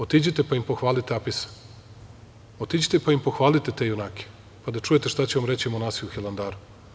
Otiđite pa im pohvalite Apisa, otiđite pa im pohvalite te junake, pa da čujete šta će vam reći monasi u Hilandaru.